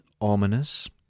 ominous